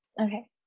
okay